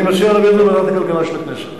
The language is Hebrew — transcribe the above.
אני מציע להעביר את זה לוועדת הכלכלה של הכנסת.